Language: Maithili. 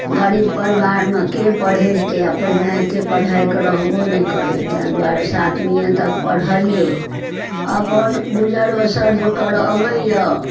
गरीब परिवारमे के पढ़ऽबितै आओर पहिने एते पढ़ाइके रहबो नहि करै तैं दुआरे सातमियें तक पढ़लियै अपन गुजर बसर जोगर अबैये